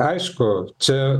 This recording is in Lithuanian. aišku čia